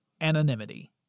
anonymity